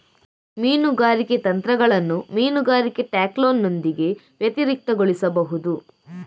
ಮೀನುಗಾರಿಕೆ ತಂತ್ರಗಳನ್ನು ಮೀನುಗಾರಿಕೆ ಟ್ಯಾಕ್ಲೋನೊಂದಿಗೆ ವ್ಯತಿರಿಕ್ತಗೊಳಿಸಬಹುದು